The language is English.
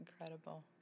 incredible